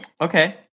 Okay